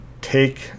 take